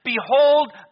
Behold